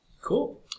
Cool